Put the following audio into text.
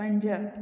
पंज